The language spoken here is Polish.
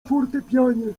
fortepianie